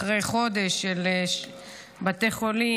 אחרי חודש של בתי חולים,